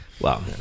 Wow